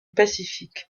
pacifique